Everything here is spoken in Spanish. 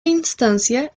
instancia